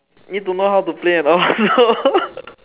need to know how to play and all